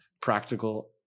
practical